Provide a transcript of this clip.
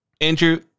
Andrew